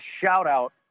shout-out